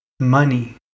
money